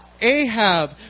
Ahab